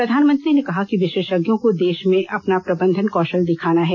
प्रधानमंत्री ने कहा कि विशेषज्ञों को देश में अपना प्रबंधन कौशल दिखाना है